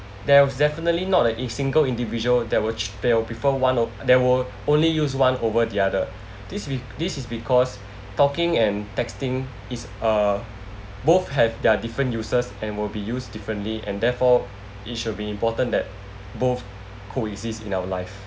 there was definitely not a in single individual there which there will prefer one o~ there were only use one over the other this we this is because talking and texting is uh both had their different users and will be use differently and therefore it should be important that both coexist in our life